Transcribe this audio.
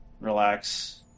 relax